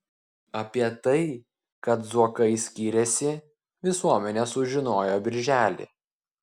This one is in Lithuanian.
apie tai kad zuokai skiriasi visuomenė sužinojo birželį